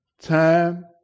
Time